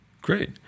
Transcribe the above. Great